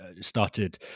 started